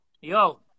Yo